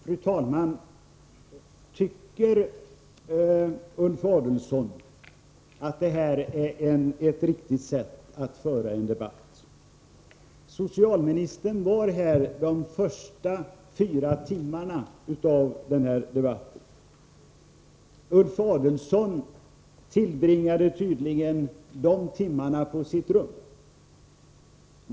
Fru talman! Tycker Ulf Adelsohn att det här är ett riktigt sätt att föra en debatt? Socialministern var här de första fyra timmarna i denna debatt. Ulf Adelsohn tillbringade tydligen de timmarna på sitt rum.